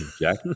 jack